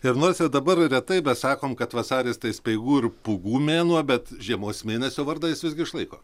ir nors ir dabar retai bet sakom kad vasaris speigų ir pūgų mėnuo bet žiemos mėnesio vardą jis visgi išlaiko